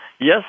Yes